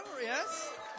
yes